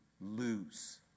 lose